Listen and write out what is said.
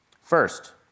First